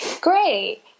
Great